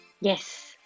Yes